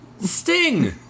Sting